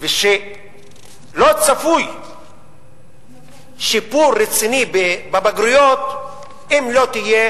ושלא צפוי שיפור רציני בבגרויות אם לא יהיה